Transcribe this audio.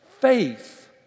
Faith